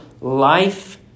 life